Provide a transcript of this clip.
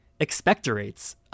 expectorates